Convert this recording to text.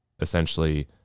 essentially